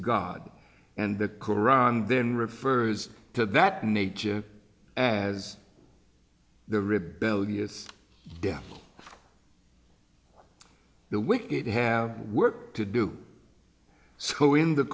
god and the koran then refers to that nature as the rebellious devil the wicked have work to do so in the